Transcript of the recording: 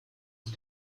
ist